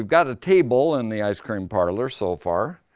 got a table in the ice-cream parlor so far.